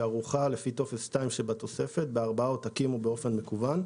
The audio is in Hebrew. ערוכה לפי טופס 2 שבתוספת בארבעה עותקים או באופן מקוון.